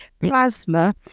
plasma